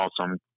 awesome